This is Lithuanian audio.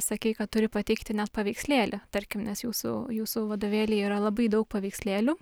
sakei kad turi pateikti net paveikslėlį tarkim nes jūsų jūsų vadovėly yra labai daug paveikslėlių